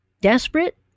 desperate